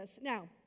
Now